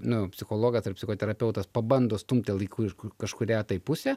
nu psichologas ar psichoterapeutas pabando stumti laiku į kažkurią tai pusę